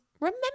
remember